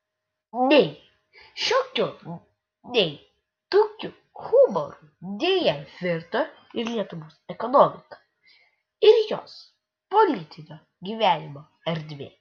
nei šiokiu nei tokiu humoru deja virto ir lietuvos ekonomika ir jos politinio gyvenimo erdvė